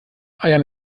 eiern